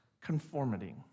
conformity